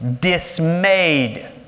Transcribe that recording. dismayed